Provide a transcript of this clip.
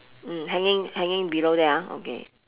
mm hanging hanging below there ah okay